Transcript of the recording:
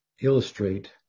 illustrate